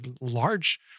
large